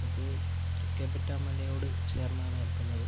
ഇത് തൃകൈപ്പറ്റ മലയോട് ചേര്ന്നാണ് കിടക്കുന്നത്